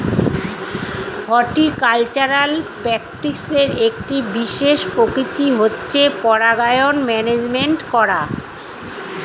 horticultural প্র্যাকটিসের একটি বিশেষ প্রকৃতি হচ্ছে পরাগায়ন ম্যানেজমেন্ট করা